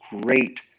great